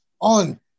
on